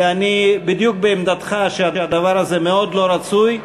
ואני בדיוק בעמדתך שהדבר הזה מאוד לא רצוי.